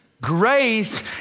Grace